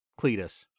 Cletus